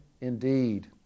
indeed